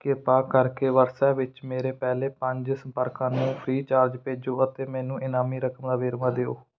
ਕਿਰਪਾ ਕਰਕੇ ਵਟਸਐਪ ਵਿੱਚ ਮੇਰੇ ਪਹਿਲੇ ਪੰਜ ਸੰਪਰਕਾਂ ਨੂੰ ਫ੍ਰੀ ਚਾਰਜ ਭੇਜੋ ਅਤੇ ਮੈਨੂੰ ਇਨਾਮੀ ਰਕਮ ਦਾ ਵੇਰਵਾ ਦਿਓ